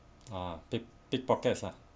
a tip pick pockets ah